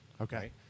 Okay